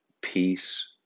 peace